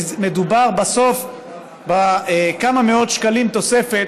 כי מדובר בסוף בכמה מאות שקלים תוספת